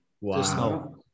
Wow